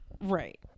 Right